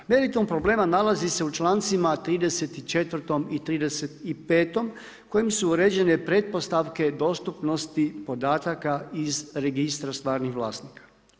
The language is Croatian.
Meritum problema nalazi se u člancima 34. i 35. kojem su uređene pretpostavke dostupnosti podataka iz registra stvarnih vlasnika.